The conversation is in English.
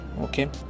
okay